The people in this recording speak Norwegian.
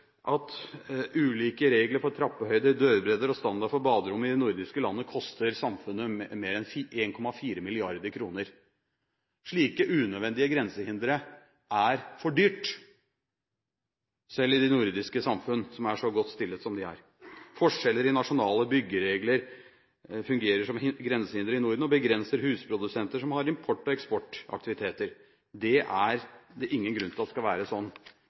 at det er ulike regler når det gjelder trappehøyde, dørbredder og standard for baderom i de nordiske land, og som koster samfunnet mer enn 1,4 mrd. kr. Slike unødvendige grensehindre er for dyrt, selv i de nordiske samfunn som er så godt stilt som de er. Forskjeller i nasjonale byggeregler fungerer som grensehindre i Norden og begrenser husprodusenter som har import- og eksportaktiviteter. Det er ingen grunn til at det skal være sånn.